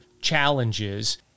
challenges